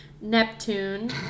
Neptune